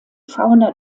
fauna